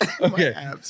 okay